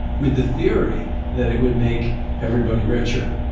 with the theory that it would make everybody richer.